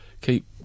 keep